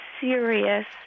serious